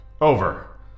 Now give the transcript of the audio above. over